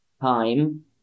time